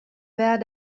wer